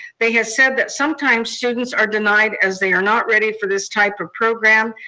they had said that sometimes students are denied as they are not ready for this type of program.